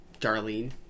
Darlene